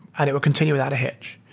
and it will continue without a hitch.